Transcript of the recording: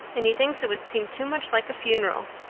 and he thinks it would seem too much like a funeral.